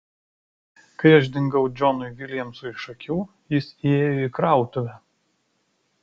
kai aš dingau džonui viljamsui iš akių jis įėjo į krautuvę